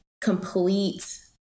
complete